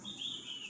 !huh!